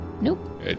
nope